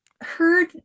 heard